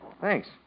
Thanks